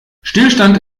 stillstand